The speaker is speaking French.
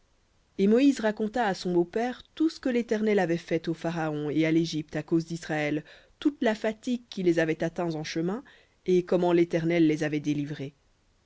et moïse raconta à son beau-père tout ce que l'éternel avait fait au pharaon et à l'égypte à cause d'israël toute la fatigue qui les avait atteints en chemin et comment l'éternel les avait délivrés